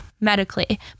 medically